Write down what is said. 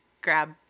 grab